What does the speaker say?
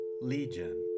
legion